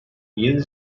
yeni